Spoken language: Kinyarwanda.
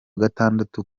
gatandatu